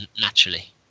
naturally